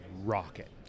rocket